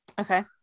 Okay